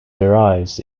drives